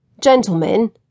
Gentlemen